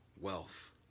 wealth